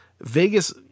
Vegas